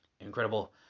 Incredible